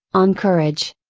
on courage.